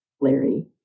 Larry